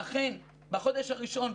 ואכן בחודש הראשון,